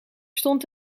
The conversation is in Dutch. stond